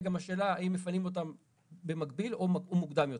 גם השאלה האם מפנים אותם במקביל או מוקדם יותר.